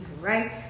right